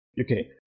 Okay